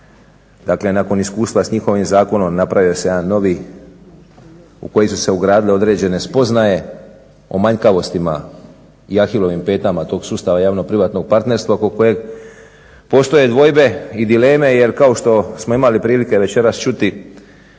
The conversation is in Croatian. Dakle, nakon iskustva s njihovim zakonom napravio se neki novi u koji su se ugradile određene spoznaje o manjkavostima i ahilovim petama tog sustava javno-privatnog partnerstva oko kojeg postoje dvojbe i dileme jer kao što smo imali prilike večeras čuti